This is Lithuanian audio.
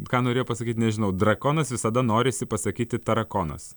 ką norėjo pasakyt nežinau drakonas visada norisi pasakyti tarakonas